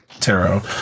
tarot